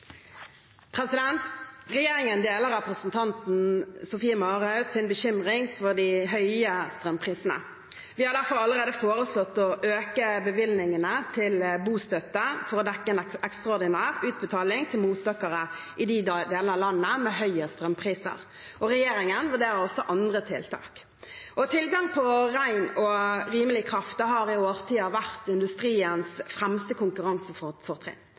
Regjeringen deler representanten Sofie Marhaugs bekymring for de høye strømprisene. Vi har derfor allerede foreslått å øke bevilgningene til bostøtte, for å dekke en ekstraordinær utbetaling til mottakere i de delene av landet med høyest strømpriser. Regjeringen vurderer også andre tiltak. Tilgang på ren og rimelig kraft har i årtier vært industriens fremste